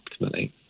optimally